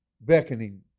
Beckoning